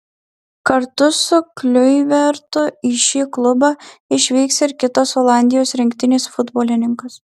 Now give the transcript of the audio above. kartu su kliuivertu į šį klubą išvyks ir kitas olandijos rinktinės futbolininkas